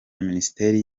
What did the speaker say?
minisiteri